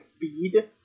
bead